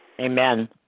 Amen